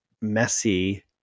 messy